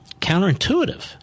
counterintuitive